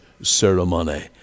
ceremony